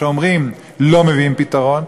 שאומרים לא מביאים פתרון,